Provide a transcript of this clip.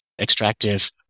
extractive